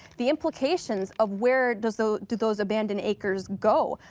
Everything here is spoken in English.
the implications of where do so do those abandoned acres go.